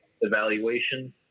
evaluation